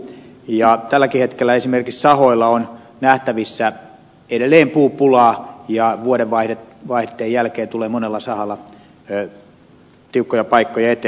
tälläkin hetkellä esimerkiksi sahoilla on nähtävissä edelleen puupulaa ja vuodenvaihteen jälkeen tulee monella sahalla tiukkoja paikkoja eteen